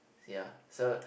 ya so